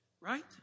right